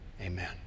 Amen